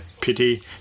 pity